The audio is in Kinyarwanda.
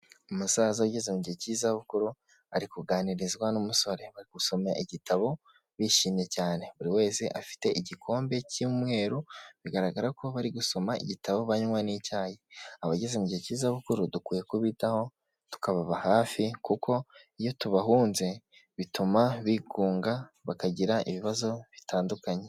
Umusaza ugeze mu gihe cy'izabukuru ari kuganirizwa n'umusore, bari gusoma igitabo bishimye cyane. Buri wese afite igikombe cy'umweru bigaragara ko bari gusoma igitabo banywa n'icyayi. Abageze mu gihe cy'izabukuru dukwiye kubitaho tukababa hafi kuko iyo tubahunze bituma bigunga bakagira ibibazo bitandukanye.